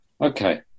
Okay